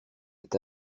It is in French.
est